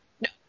no